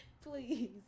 Please